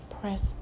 press